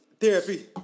Therapy